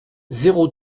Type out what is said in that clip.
zéro